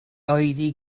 oedi